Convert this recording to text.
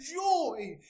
joy